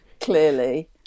clearly